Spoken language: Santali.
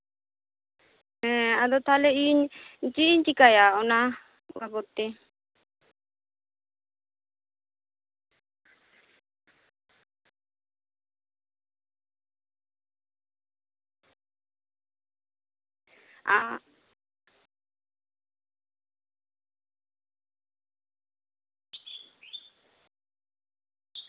ᱦᱮᱸ ᱟᱫᱚ ᱛᱟᱞᱦᱮ ᱤᱧ ᱪᱮᱫ ᱤᱧ ᱪᱤᱠᱟᱹᱭᱟ ᱚᱱᱟ ᱵᱟᱵᱚᱛ ᱛᱮ ᱟᱜ